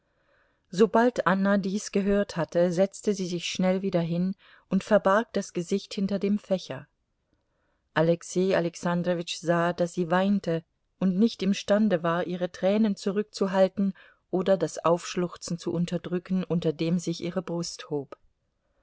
sobald anna dies gehört hatte setzte sie sich schnell wieder hin und verbarg das gesicht hinter dem fächer alexei alexandrowitsch sah daß sie weinte und nicht imstande war ihre tränen zurückzuhalten oder das aufschluchzen zu unterdrücken unter dem sich ihre brust hob